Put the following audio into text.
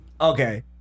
Okay